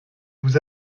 vous